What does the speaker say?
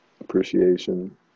appreciation